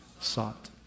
Sought